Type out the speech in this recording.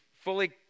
fully